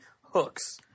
Hooks